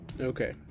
okay